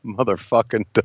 Motherfucking